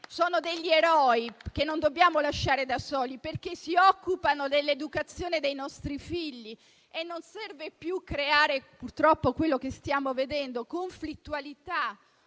sono degli eroi che non dobbiamo lasciare da soli, perché si occupano dell'educazione dei nostri figli. E non serve più creare - purtroppo è quello che stiamo vedendo - conflittualità